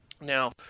now